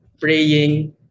praying